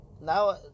now